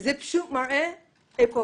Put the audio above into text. זה פשוט מראה איפה